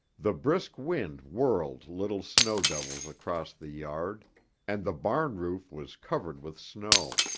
the brisk wind whirled little snow devils across the yard and the barn roof was covered with snow.